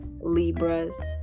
libras